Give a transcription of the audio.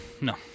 No